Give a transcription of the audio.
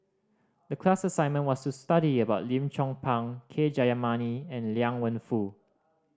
the class assignment was to study about Lim Chong Pang K Jayamani and Liang Wenfu